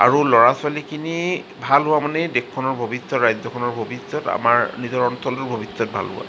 আৰু ল'ৰা ছোৱালীখিনি ভাল হোৱা মানেই দেশখনৰ ভৱিষ্যত ৰাজ্যখনৰ ভৱিষ্যত আমাৰ নিজৰ অঞ্চলটোৰ ভৱিষ্যত ভাল হ'ব